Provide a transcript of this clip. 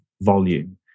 volume